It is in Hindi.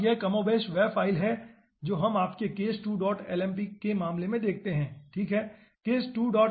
अब यह कमोबेश वह फाइल है जो हम आपके case2 lmp के मामले में देखते हैं ठीक है